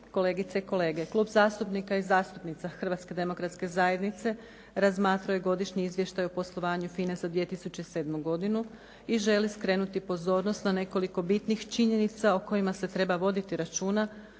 kolegice i kolege. Klub zastupnika i zastupnica Hrvatske demokratske zajednice razmatrao je godišnji izvještaj o poslovanju FINA-e za 2007. godinu i želi skrenuti pozornost na nekoliko bitnih činjenica o kojima se treba voditi računa